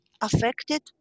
affected